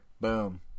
Boom